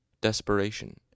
Desperation